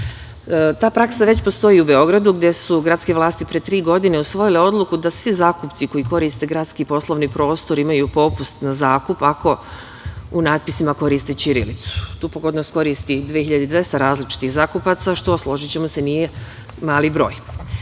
praksa već postoji u Beogradu, gde su gradske vlasti pre tri godine usvojile odluku da svi zakupci koji koriste gradski i poslovni prostor imaju popust na zakup ako u natpisima koriste ćirilicu. Tu pogodnost koristi 2.200 različitih zakupaca, što složićemo se, nije mali broj. Novi